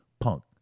Punk